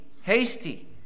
Hasty